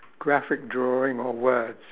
graphic drawing or words